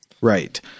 Right